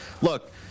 look